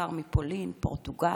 בעיקר מפולין ופורטוגל,